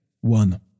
one